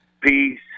Peace